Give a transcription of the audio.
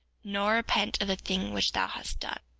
nor repent of the thing which thou hast done.